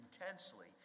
intensely